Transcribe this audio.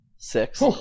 Six